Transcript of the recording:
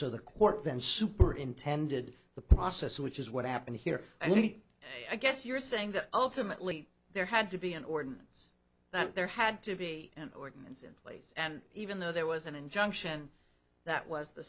so the court then superintended the process which is what happened here i mean i guess you're saying that ultimately there had to be an ordinance that there had to be an ordinance in place and even though there was an injunction that was the